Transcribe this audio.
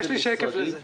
יש לי שקף כזה.